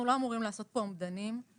אנחנו לא אמורים לעשות פה אומדנים בתוך